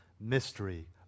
mystery